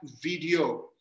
video